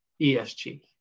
ESG